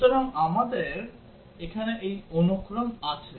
সুতরাং আমাদের এখানে এই অনুক্রম আছে